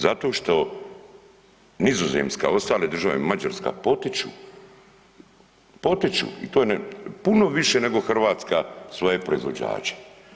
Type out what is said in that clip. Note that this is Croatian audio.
Zato što Nizozemska i ostale države Mađarska potiču, potiču i to puno više nego Hrvatska svoje proizvođače.